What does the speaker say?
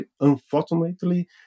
Unfortunately